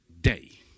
day